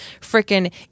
freaking